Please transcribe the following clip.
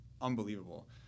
unbelievable